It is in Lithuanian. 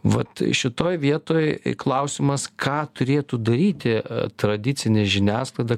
vat šitoj vietoj klausimas ką turėtų daryti tradicinė žiniasklaida